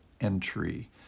entry